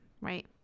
Right